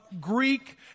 Greek